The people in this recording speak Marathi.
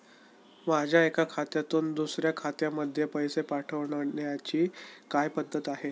माझ्या एका खात्यातून दुसऱ्या खात्यामध्ये पैसे पाठवण्याची काय पद्धत आहे?